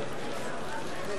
של קבוצת סיעת מרצ וקבוצת סיעת קדימה